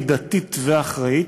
מידתית ואחראית,